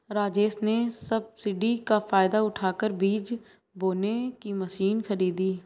राजेश ने सब्सिडी का फायदा उठाकर बीज बोने की मशीन खरीदी